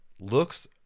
looks